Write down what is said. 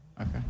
Okay